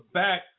back